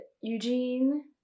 Eugene